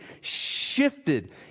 shifted